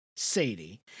Sadie